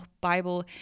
Bible